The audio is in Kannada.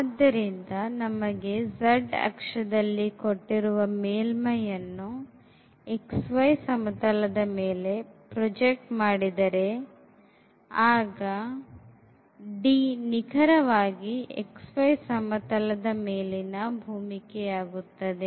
ಆದ್ದರಿಂದ ನಮಗೆ z ಅಕ್ಷದಲ್ಲಿ ಕೊಟ್ಟಿರುವ ಮೇಲ್ಮೈಯನ್ನು xy ಸಮತಲದ ಮೇಲೆ ಪ್ರಜೆಕ್ಟ್ ಮಾಡಿದರೆ ಆಗ D ನಿಖರವಾಗಿ xy ಸಮತಲದ ಮೇಲಿನ ಭೂಮಿಕೆ ಆಗುತ್ತದೆ